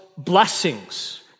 blessings